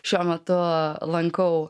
šiuo metu lankau